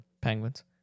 Penguins